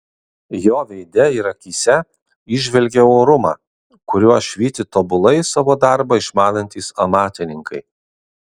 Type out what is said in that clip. jo veide ir akyse įžvelgiau orumą kuriuo švyti tobulai savo darbą išmanantys amatininkai